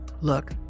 Look